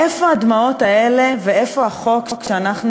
איפה הדמעות האלה ואיפה החוק שאנחנו